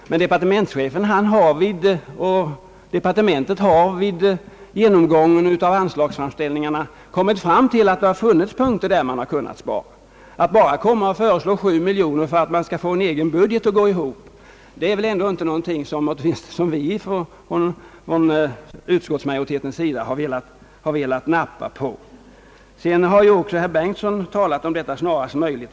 Departementschefen och departementet har vid genomgången av anslagsframställningarna kommit fram till att det finns punkter där man kunnat spara. Att bara föreslå 7 miljoner i ytterligare besparing för att man skall få en egen budget att gå ihop, det är ändå någonting som vi från utskottsmajoritetens sida inte velat nappa på. Så har också herr Bengtson talat om orden »snarast möjligt».